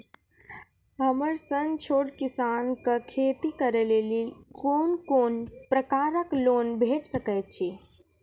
हमर सन छोट किसान कअ खेती करै लेली लेल कून कून प्रकारक लोन भेट सकैत अछि?